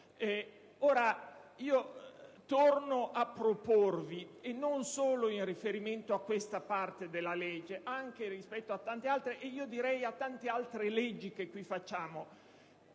Torno a proporvi, e non solo in riferimento a questa parte della legge ma anche in riferimento a tante altre leggi che qui approviamo,